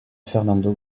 fernando